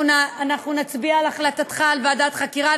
אנחנו נצביע על הצעתך על ועדת חקירה,